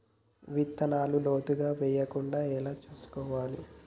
విత్తనాలు లోతుగా వెయ్యకుండా ఎలా చూసుకోవాలి?